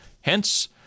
Hence